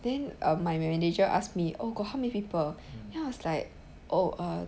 then um my manager asked me oh got how many people then I was like oh err